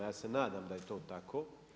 Ja se nadam da je to tako.